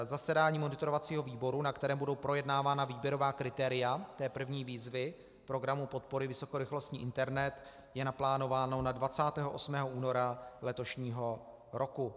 Zasedání monitorovacího výboru, na kterém budou projednávána výběrová kritéria první výzvy programu podpory Vysokorychlostní internet, je naplánováno na 28. února letošního roku.